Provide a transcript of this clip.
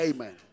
Amen